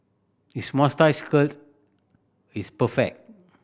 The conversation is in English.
his moustache curl is perfect